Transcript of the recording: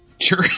Sure